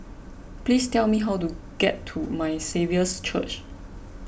please tell me how to get to My Saviour's Church